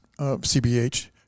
cbh